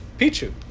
Pichu